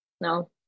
no